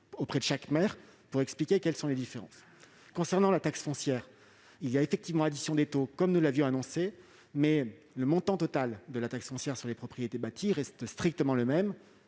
auprès de chaque maire pour expliquer les différences. Concernant la taxe foncière, il y a effectivement addition des taux, comme nous l'avions annoncé, mais le montant total de la taxe foncière sur les propriétés bâties reste strictement le même,